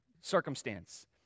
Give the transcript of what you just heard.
circumstance